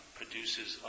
produces